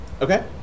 Okay